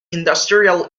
industrial